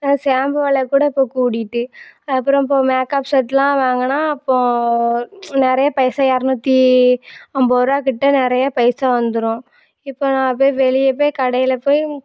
shampoo வெலை கூட இப்போ கூடிகிட்டு அப்புறம் இப்போ மேக்காப் செட்டுலாம் வாங்கினா அப்போ நிறைய பைசா இரநூத்தி ஐம்பது ரூபா கிட்ட நிறையா பைசா வந்துடும் இப்போ நான் போய் வெளியே போய் கடையில் போய்